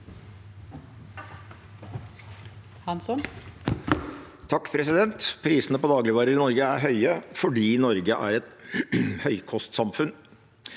(MDG) Prisene på dagligvarer i Norge er høye fordi Norge er et høykostsamfunn.